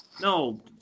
No